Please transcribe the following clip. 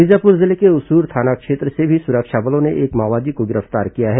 बीजापुर जिले के उसूर थाना क्षेत्र से भी सुरक्षा बलों ने एक माओवादी को गिरफ्तार किया है